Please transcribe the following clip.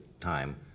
time